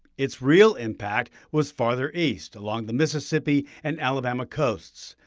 its real impact was farther east along the mississippi and alabama coasts.